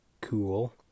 cool